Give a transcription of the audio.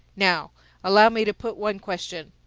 now allow me to put one question.